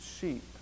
sheep